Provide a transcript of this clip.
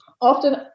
often